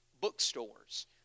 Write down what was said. bookstores